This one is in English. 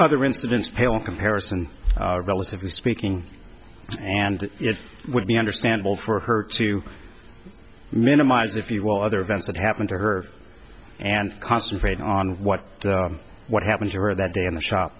other incidents pale in comparison relatively speaking and it would be understandable for her to minimize if you will other events that happened to her and concentrate on what what happened to her that da